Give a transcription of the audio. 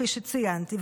כפי שציינתי,